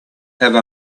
have